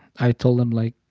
i told him, like,